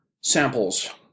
samples